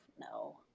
No